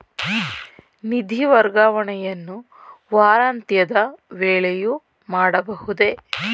ನಿಧಿ ವರ್ಗಾವಣೆಯನ್ನು ವಾರಾಂತ್ಯದ ವೇಳೆಯೂ ಮಾಡಬಹುದೇ?